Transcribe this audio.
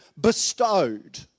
bestowed